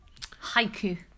Haiku